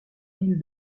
l’île